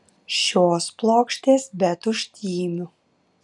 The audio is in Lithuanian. šios plokštės be tuštymių